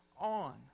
on